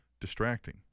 distracting